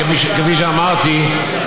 כפי שאמרתי,